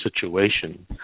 situation